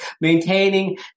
Maintaining